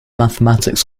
mathematics